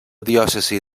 diòcesi